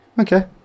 Okay